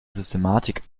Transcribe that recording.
systematik